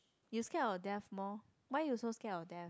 you scared of death more why you so scared of death